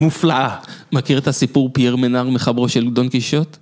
מופלאה. מכיר את הסיפור פייר מנאר מחברו של גדון קישוט?